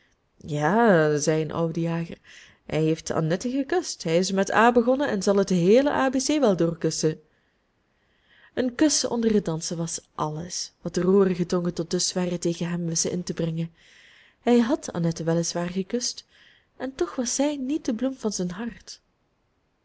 ja zei een oude jager hij heeft annette gekust hij is met a begonnen en zal het heele abc wel doorkussen een kus onder het dansen was alles wat de roerige tongen tot dusverre tegen hem wisten in te brengen hij had annette wel is waar gekust en toch was zij niet de bloem van zijn hart